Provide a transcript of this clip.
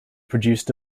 produced